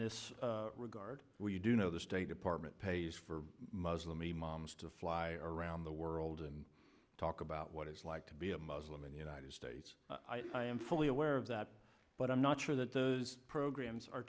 this regard we do know the state department pays for muslim me moms to fly around the world and talk about what it's like to be a muslim in the united states i am fully aware of that but i'm not sure that those programs are